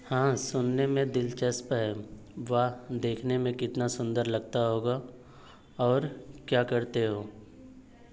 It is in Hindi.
हाँ सुनने में दिलचस्प है वाह देखने में कितना सुंदर लगता होगा और क्या करते हो